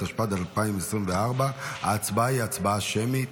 התשפ"ד 2024. ההצבעה שמית.